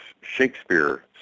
Shakespeare